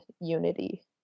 unity